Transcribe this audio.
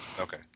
Okay